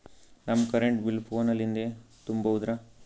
ನಮ್ current bill ಫೋನ ಲಿಂದೇ ತುಂಬೌದ್ರಾ?